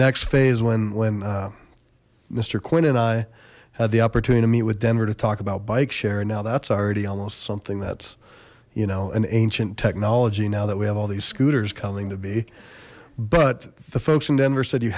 next phase when when mister quinn and i had the opportunity to meet with denver to talk about bike share and now that's already almost something that's you know an ancient technology now that we have all these scooters coming to be but the folks in denver said you